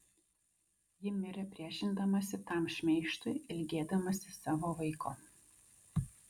ji mirė priešindamasi tam šmeižtui ilgėdamasi savo vaiko